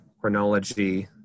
chronology